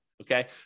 Okay